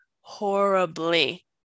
horribly